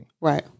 Right